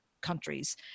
countries